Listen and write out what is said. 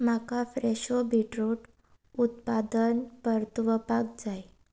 म्हाका फ्रॅशो बिटरूट उत्पादन परतुवपाक जाय